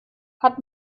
hat